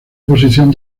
posición